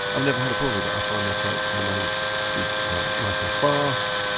i've never had a problem with it. i find their sites for the money to be nice and fast.